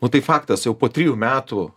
nu tai faktas jau po trijų metų